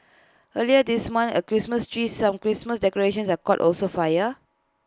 earlier this month A Christmas tree some Christmas decorations that caught also fire